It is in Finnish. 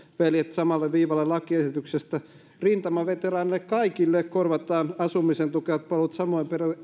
veljet samalle viivalle lakiesityksestä rintamaveteraaneille kaikille korvataan asumista tukevat palvelut samoin